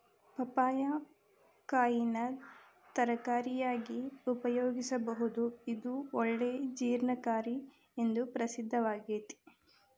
ಪಪ್ಪಾಯಿ ಕಾಯಿನ ತರಕಾರಿಯಾಗಿ ಉಪಯೋಗಿಸಬೋದು, ಇದು ಒಳ್ಳೆ ಜೇರ್ಣಕಾರಿ ಎಂದು ಪ್ರಸಿದ್ದಾಗೇತಿ